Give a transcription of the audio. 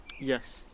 Yes